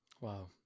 Wow